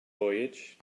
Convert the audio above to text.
voyage